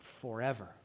forever